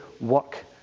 work